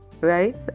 right